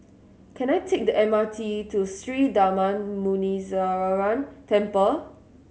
can I take the M R T to Sri Darma Muneeswaran Temple